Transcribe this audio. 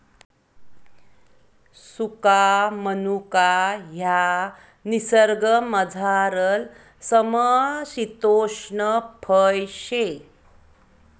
सुका मनुका ह्या निसर्गमझारलं समशितोष्ण फय शे